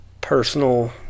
personal